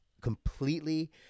completely